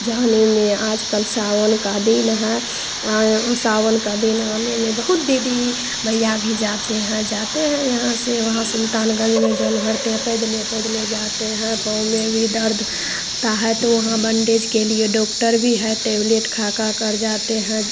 जाने में आज कल सावन का दिन है सावन का दिन होने में बहुत दीदी भैया भी जाते हैं जाते हैं यहाँ से वहाँ सुल्तानगंज में जल भरते हैं पैदले पैदले जाते हैं पाँव में भी दर्द होता है तो वहाँ बैंडेज़ के लिए डॉक्टर भी है टेबलेट खा खाकर जाते हैं